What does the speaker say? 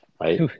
right